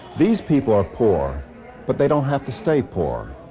these people are poor but they don't have to stay poor,